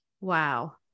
Wow